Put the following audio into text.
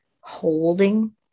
holding